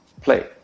play